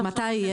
מתי יהיו?